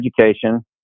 education